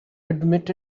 admit